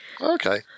Okay